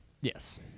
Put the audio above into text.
Yes